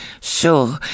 sure